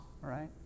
right